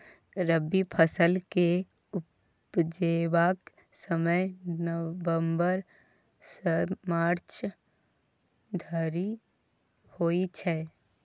रबी फसल केँ उपजेबाक समय नबंबर सँ मार्च धरि होइ छै